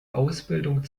ausbildung